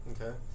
Okay